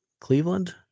Cleveland